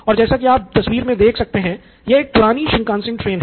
और जैसा की आप तस्वीर मे देख सकते है यह एक पुरानी शिंकानसेन ट्रेन है